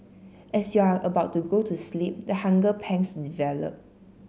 as you are about to go to sleep the hunger pangs develop